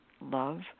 love